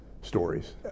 stories